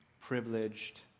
privileged